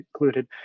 included